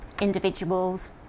individuals